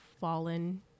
fallen